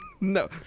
no